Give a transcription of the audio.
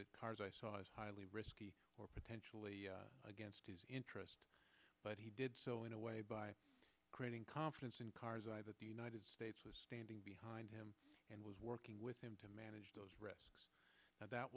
that cars i saw as highly risky or potentially against his interest but he did so in a way by creating confidence in karzai that the united states was standing behind him and was working with him to manage those risks that